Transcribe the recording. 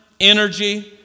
energy